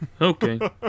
Okay